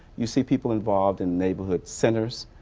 you see people involved in neighborhood centers,